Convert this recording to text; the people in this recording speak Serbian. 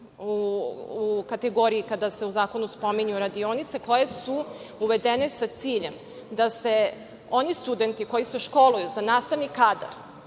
u kategoriji kada se u zakonu spominju radionice koje su uvedene sa ciljem da se oni studenti koji se školuju za nastavni kadar